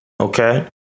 Okay